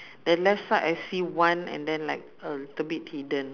the left side I see one and then like a little bit hidden